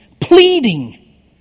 pleading